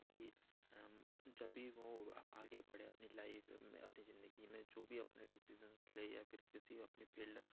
जभी वह आगे बढ़े अपनी लाइफ में अपनी ज़िंदगी में जो भी अपने डिसिज़न्स ले या फिर किसी वह अपने फिल्ड